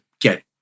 get